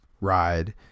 ride